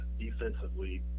defensively